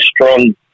strong